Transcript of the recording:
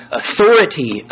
authority